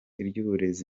iby’uburezi